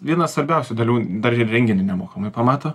viena svarbiausių dalių dar ir renginį nemokamai pamato